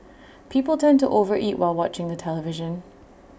people tend to over eat while watching the television